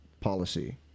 policy